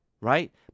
right